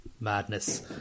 madness